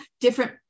different